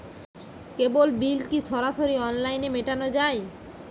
কেবল bill কি সরাসরি অনলাইনে মেটানো য়ায়?